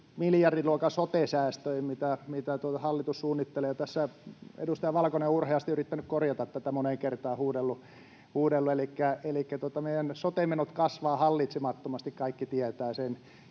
miljardiluokan sote-säästöihin, joita hallitus suunnittelee. Tässä edustaja Valkonen on urheasti yrittänyt korjata tätä ja moneen kertaan huudellut. Elikkä meidän sote-menot kasvavat hallitsemattomasti, kaikki tietävät sen.